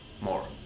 more